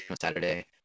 Saturday